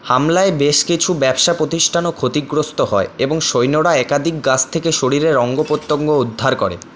হামলায় বেশ কিছু ব্যবসা প্রতিষ্ঠানও ক্ষতিগ্রস্ত হয় এবং সৈন্যরা একাধিক গাছ থেকে শরীরের অঙ্গ প্রত্যঙ্গ উদ্ধার করে